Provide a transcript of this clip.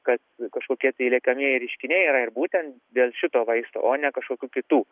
kad kažkokie tai liekamieji reiškiniai yra ir būtent dėl šito vaisto o ne kažkokių kitų